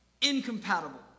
incompatible